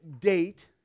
date